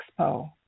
expo